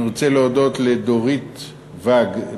אני רוצה להודות לדורית ואג,